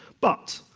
but,